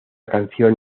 canción